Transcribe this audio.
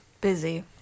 busy